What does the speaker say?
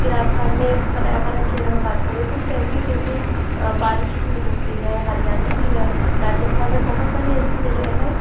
की राजस्थान में पर्यावरण के अगर हम बात करें तो कैसे कैसे बारिश भी होती है हरियाली भी है राजिस्थान में बहुत सारी ऐसी जगहें हैं